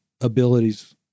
abilities